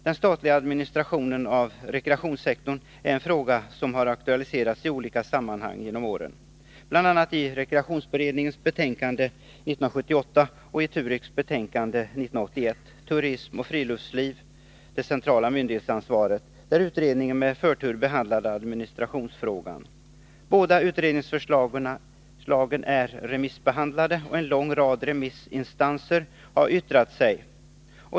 Den statliga administrationen av rekreationssektorn är en fråga som genom åren har aktualiserats i olika sammanhang, bl.a. i rekreationsberedningens betänkande 1978 och i TUREK:s betänkande 1981, Turism och friluftsliv — Det centrala myndighetsansvaret, där utredningen med förtur behandlade administrationsfrågan. Båda utredningsförslagen är remissbehandlade, och en lång rad remissinstanser har yttrat sig.